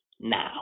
now